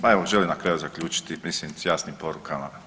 Ma evo želim na kraju zaključiti mislim s jasnim porukama.